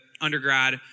undergrad